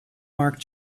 mark